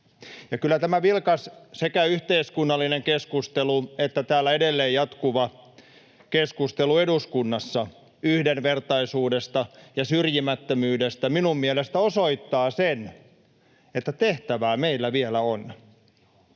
ja kyllä sekä tämä vilkas yhteiskunnallinen keskustelu että täällä eduskunnassa edelleen jatkuva keskustelu yhdenvertaisuudesta ja syrjimättömyydestä minun mielestäni osoittavat sen, että tehtävää meillä vielä on.